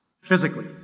Physically